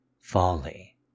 folly